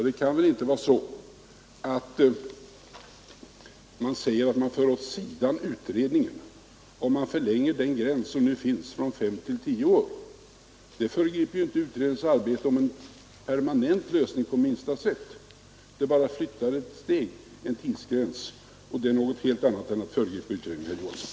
Det kan väl inte sägas att utredningen förs åt sidan om man förlänger den gräns som nu finns från fem till tio år. Det föregriper ju inte utredningens arbete med en permanent lösning på minsta sätt. Man bara flyttar en tidsgräns ett steg och det är något helt annat än att förbigå utredningen, herr Johansson.